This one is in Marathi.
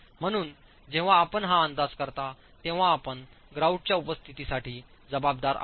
म्हणून जेव्हा आपण हा अंदाज करता तेव्हा आपण ग्रॉउटच्या उपस्थितीसाठी जबाबदार आहात